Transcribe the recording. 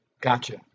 gotcha